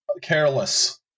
Careless